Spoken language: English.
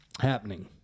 happening